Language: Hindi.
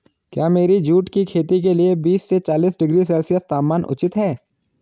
क्या मेरी जूट की खेती के लिए बीस से चालीस डिग्री सेल्सियस तापमान उचित है?